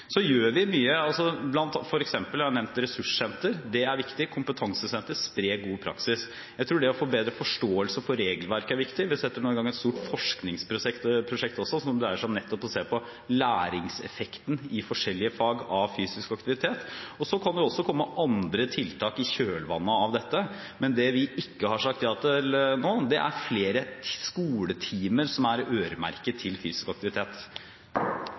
Så gjør vi mye. Jeg har f.eks. nevnt ressurssenter, det er viktig – kompetansesenter, spre god praksis. Jeg tror at det å få bedre forståelse for regelverket er viktig. Vi setter nå også i gang et stort forskningsprosjekt, som nettopp dreier seg om å se på læringseffekten av fysisk aktivitet i forskjellige fag. Det kan også komme andre tiltak i kjølvannet av dette. Men det vi ikke har sagt ja til nå, er flere skoletimer øremerket til fysisk aktivitet.